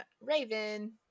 Raven